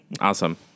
awesome